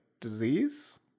disease